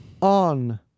on